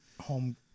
home